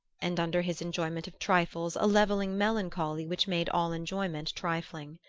and under his enjoyment of trifles a levelling melancholy which made all enjoyment trifling.